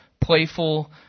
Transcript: playful